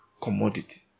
commodity